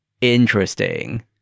interesting